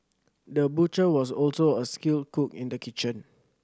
the butcher was also a skilled cook in the kitchen